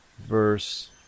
verse